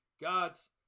God's